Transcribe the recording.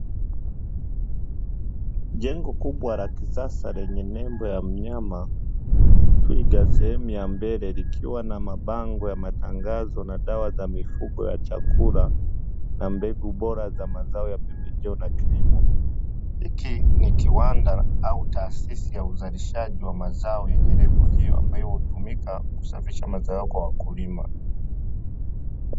Jengo kubwa la kisasa lenye nembo ya mnyama twiga sehemu ya mbele likiwa na mabango ya matangazo na dawa za mifugo ya chakula na mbegu bora za mazao ya pembejeo na kilimo. Hiki ni kiwanda au taasisi ya uzalishaji wa mazao yenye lebo hiyo ambayo hutumika kusafisha mazao kwa wakulima.